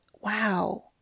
wow